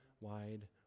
wide